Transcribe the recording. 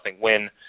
win